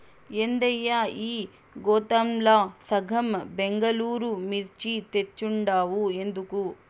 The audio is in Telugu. ఏందయ్యా ఈ గోతాంల సగం బెంగళూరు మిర్చి తెచ్చుండావు ఎందుకు